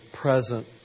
present